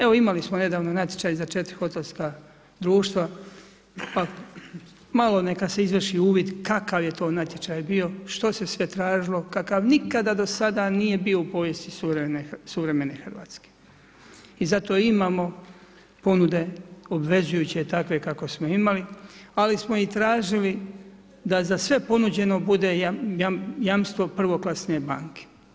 Evo, imali smo nedavno natječaj za 4 hotelska društva, pa malo neka se izvrši uvid kakav je to natječaj bio, što se sve tražilo, kakav nikakav do sada nije bio u povijesti suvremene Hrvatske i zato imamo ponude, obvezujuće takve kakve smo i imali, ali smo i tražili da za sve ponuđeno bude jamstvo prvoklasne banke.